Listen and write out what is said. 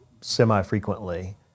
semi-frequently